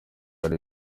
hari